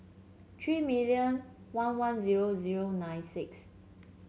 three million one one zero zero nine six